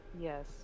Yes